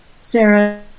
Sarah